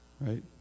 Right